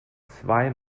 zwei